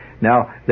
Now